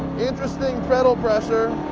interesting pedal pressure.